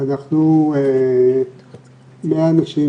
אנחנו 100 אנשים